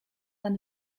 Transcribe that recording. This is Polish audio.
nad